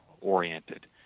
oriented